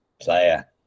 player